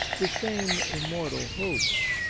the same im mortal hopes,